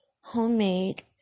homemade